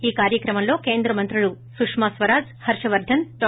ఈ కార్యక్రమంలో కేంద్ర మంత్రులు సుష్మా స్వరాజ్ హర్షవర్గన్ డా